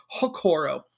Hokoro